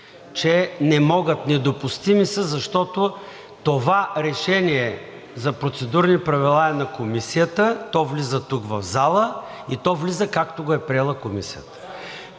че не могат, недопустими са, защото това решение за процедурни правила е на Комисията, то влиза тук, в залата, и то влиза както го е приела Комисията.